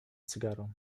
cygaro